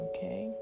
Okay